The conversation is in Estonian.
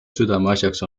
südameasjaks